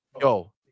Yo